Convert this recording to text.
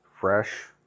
fresh